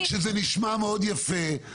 אני יודע שזה נשמע מאוד יפה,